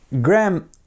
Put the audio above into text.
graham